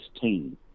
team